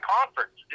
Conference